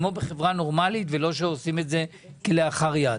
כמו בחברה נורמלית ולא שעושים את זה כלאחר יד.